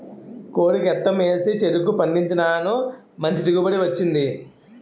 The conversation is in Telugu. కోడి గెత్తెం ఏసి చెరుకు పండించినాను మంచి దిగుబడి వచ్చింది